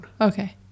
Okay